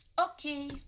Okay